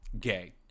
Gay